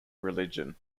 religion